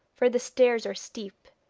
for the stairs are steep,